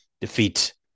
defeat